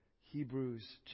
Hebrews